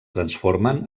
transformen